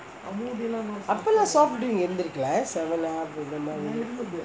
அப்போலாம்:appolaam soft drinks இருந்திருக்கு:irunthirukku lah seven up இந்த மாதிரி:intha mathiri